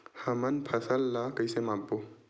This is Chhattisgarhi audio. हमन फसल ला कइसे माप बो?